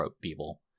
people